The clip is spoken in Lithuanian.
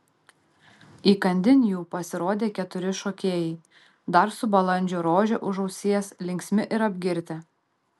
įkandin jų pasirodė keturi šokėjai dar su balandžio rože už ausies linksmi ir apgirtę